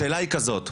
השאלה היא כזאת,